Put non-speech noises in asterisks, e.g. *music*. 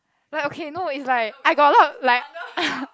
like okay no it's like I got a lot like *laughs*